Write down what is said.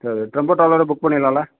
சரி டெம்போ டிராவலரே புக் பண்ணிவிடலாம்ல